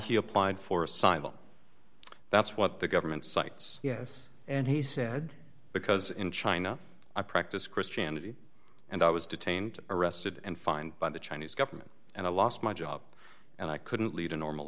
he applied for asylum that's what the government sites yes and he said because in china i practice christianity and i was detained arrested and fined by the chinese government and i lost my job and i couldn't lead a normal